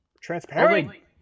Transparently